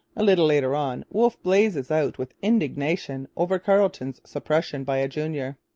a little later on wolfe blazes out with indignation over carleton's supersession by a junior.